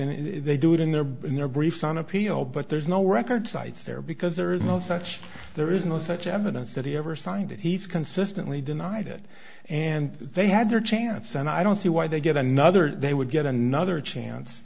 and they do it in their in their briefs on appeal but there's no record cites there because there is no such there is no such evidence that he ever signed it he's consistently denied it and they had their chance and i don't see why they get another they would get another chance